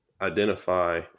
identify